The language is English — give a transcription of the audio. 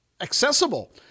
accessible